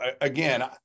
again